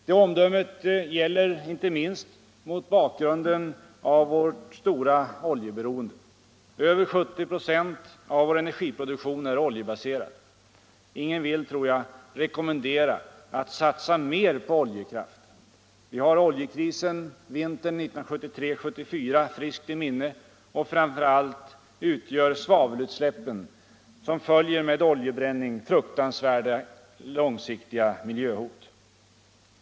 Det omdömet gäller inte minst med tanke på vårt stora oljeberoende. Över 70 96 av vår energiproduktion är oljebaserad. Ingen vill, tror jag, rekommendera en större satsning på oljekraften. Vi har oljekrisen vintern 1973-1974 i friskt minne. Framför allt utgör svavelutsläppen, som följer med oljebränningen, fruktansvärda långsiktiga miljöhot.